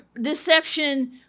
deception